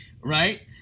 right